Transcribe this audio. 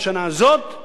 הוא יצטרך לשלם מס שבח.